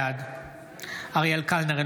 בעד אריאל קלנר,